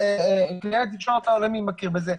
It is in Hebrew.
ארגון הפיזיותרפיה העולמי מכיר בזה,